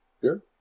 Sure